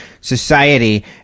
society